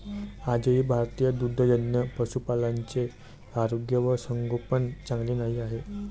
आजही भारतीय दुग्धजन्य पशुपालकांचे आरोग्य व संगोपन चांगले नाही आहे